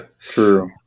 True